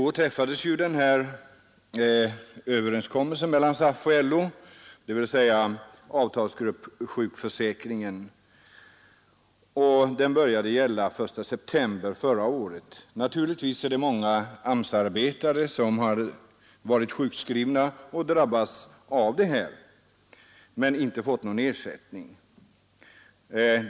Den började gälla den 1 september samma år. Naturligtvis är det många AMS-arbetare som under den tid som gått sedan dess drabbats av att de inte är anslutna till AGS, som varit sjukskrivna och inte fått någon ersättning.